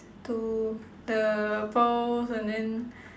to the pearls and then